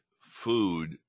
food